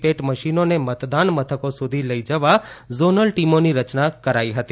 પેટ મશીનોને મતદાન મથકો સુધી લઇ જવા ઝોનલ ટીમોની રચના કરાઇ હતી